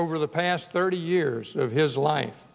over the past thirty years of his life